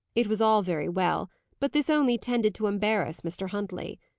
it was all very well but this only tended to embarrass mr. huntley.